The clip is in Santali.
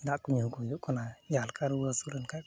ᱫᱟᱜᱠᱚ ᱧᱩᱣᱟᱠᱚ ᱦᱩᱭᱩᱜ ᱠᱟᱱᱟ ᱡᱟᱦᱟᱸᱞᱮᱠᱟ ᱨᱩᱣᱟᱹ ᱦᱟᱹᱥᱩ ᱞᱮᱱᱠᱷᱟᱡ ᱠᱚ